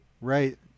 Right